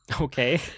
Okay